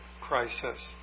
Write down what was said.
crisis